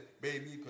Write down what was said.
baby